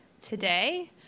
today